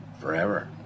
forever